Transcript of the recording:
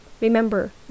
Remember